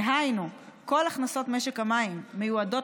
דהיינו כל הכנסות משק המים מיועדות